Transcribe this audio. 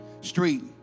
Street